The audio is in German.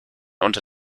unter